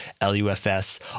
LUFS